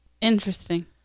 Interesting